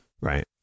right